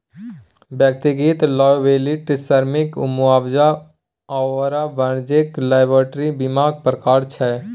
व्यक्तिगत लॉयबिलटी श्रमिककेँ मुआवजा आओर वाणिज्यिक लॉयबिलटी बीमाक प्रकार छै